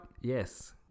Yes